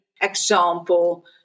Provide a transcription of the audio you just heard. example